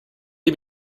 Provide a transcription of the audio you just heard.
you